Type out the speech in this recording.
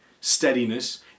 steadiness